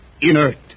inert